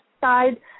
side